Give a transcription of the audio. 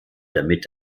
damit